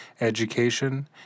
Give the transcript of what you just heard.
education